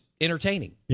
entertaining